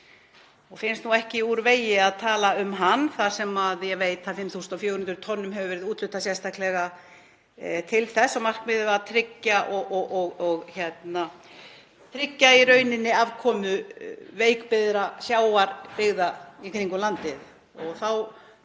Mér finnst ekki úr vegi að tala um hann þar sem ég veit að 5.400 tonnum hefur verið úthlutað sérstaklega til þess og markmiðið var að tryggja í rauninni afkomu veikbyggðra sjávarbyggða í kringum landið.